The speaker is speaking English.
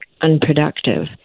unproductive